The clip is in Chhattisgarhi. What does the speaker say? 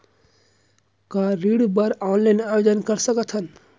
का ऋण बर ऑनलाइन आवेदन कर सकथन?